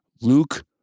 Luke